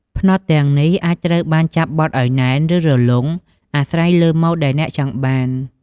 ផ្នត់ទាំងនេះអាចត្រូវបានចាប់បត់ឲ្យណែន ឬរលុង អាស្រ័យលើម៉ូដដែលអ្នកចង់បាន។